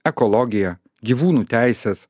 ekologija gyvūnų teisės